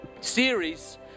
series